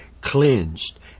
cleansed